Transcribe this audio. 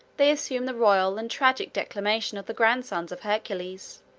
they assume the royal and tragic declamation of the grandsons of hercules.